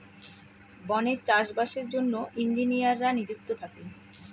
বনে চাষ বাসের জন্য ইঞ্জিনিয়াররা নিযুক্ত থাকে